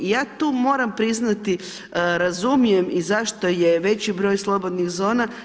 I ja tu moram priznati razumijem i zašto je veći broj slobodnih zona.